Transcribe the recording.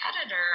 editor